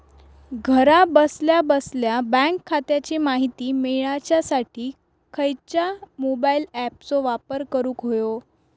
घरा बसल्या बसल्या बँक खात्याची माहिती मिळाच्यासाठी खायच्या मोबाईल ॲपाचो वापर करूक होयो?